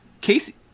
Casey